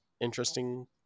interesting